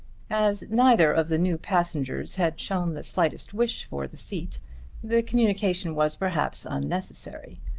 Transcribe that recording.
as neither of the new passengers had shown the slightest wish for the seat the communication was perhaps unnecessary.